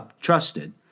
trusted